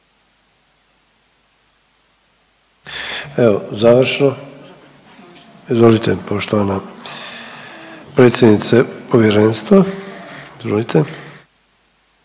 Evo, završno izvolite poštovana predsjednice povjerenstva. Izvolite.